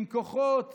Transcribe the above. עם כוחות